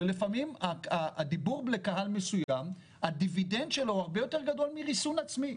לפעמים הדיבור לקהל מסוים הדיבידנד שלו הרבה יותר גדול מריסון עצמי.